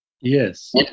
Yes